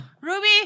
Ruby